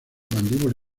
mandíbula